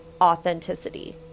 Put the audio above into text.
authenticity